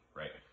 right